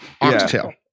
oxtail